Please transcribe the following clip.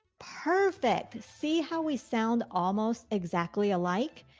perfect. see how we sound almost exactly alike.